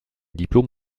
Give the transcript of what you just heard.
diplôme